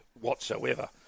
whatsoever